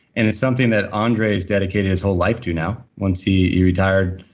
and it's something that andre has dedicated his whole life to now. once he he retired,